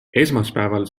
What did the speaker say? esmaspäeval